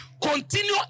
Continue